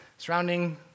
surrounding